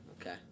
Okay